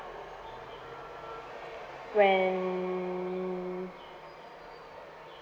when